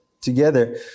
together